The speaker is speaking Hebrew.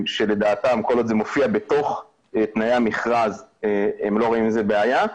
שלדעתם כל עוד זה מופיע בתוך תנאי המכרז הם לא רואים עם זה בעיה.